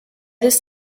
this